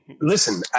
listen